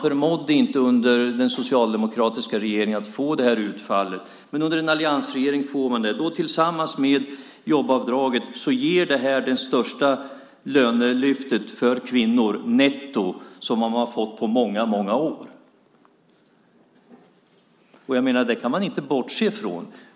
förmådde man inte under den socialdemokratiska regeringens tid att få ett sådant utfall. Men jag tycker att det är positivt att man under en alliansregering får det. Tillsammans med jobbavdraget ger detta det största lönelyftet netto för kvinnor på många år. Detta kan man inte bortse från.